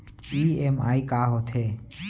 EMI का होथे?